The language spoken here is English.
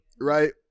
Right